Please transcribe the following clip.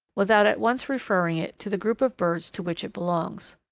without at once referring it to the group of birds to which it belongs?